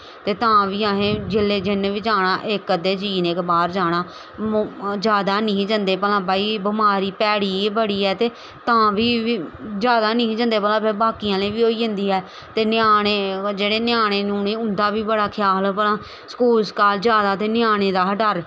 ते तां बी असें जिसले जिन्ने बी जाना इक अद्धे जने गै बाह्र जाना जादा नेईं हे जंदे भला बमारी भैड़ी गै बड़ी ऐ ते तां बी जैदा नेईं हे जंदे भला बाकी आह्लें गी बी होई जंदी ऐ ते ञ्यानें जेह्ड़े ञ्यानें उं'दा बी बड़ा ख्याल भला स्कूल स्काल ञ्यानें दा हा डर